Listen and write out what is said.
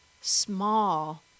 small